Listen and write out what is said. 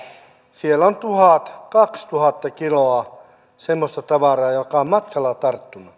siellä on tuhat viiva kaksituhatta kiloa semmoista tavaraa joka on matkalla tarttunut